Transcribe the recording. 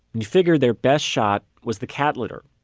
he figured their best shot was the cat litter.